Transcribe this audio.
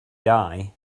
die